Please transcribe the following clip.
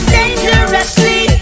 dangerously